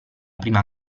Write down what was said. prima